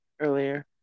earlier